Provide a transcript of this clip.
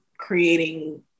creating